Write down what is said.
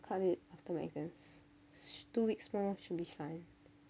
cut if after my exams two weeks more should be fine